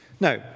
Now